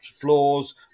floors